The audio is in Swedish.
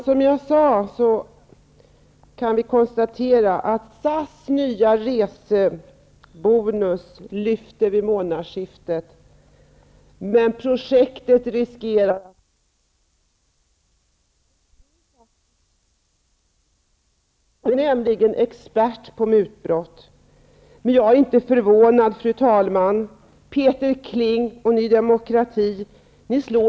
Vi kan konstatera att SAS nya resebonus lyfter vid månadsskiftet, men projektet riskerar att kraschlanda.